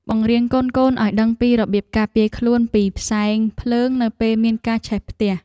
បង្រៀនកូនៗឱ្យដឹងពីរបៀបការពារខ្លួនពីផ្សែងភ្លើងនៅពេលមានការឆេះផ្ទះ។